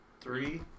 Three